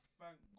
thank